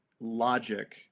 logic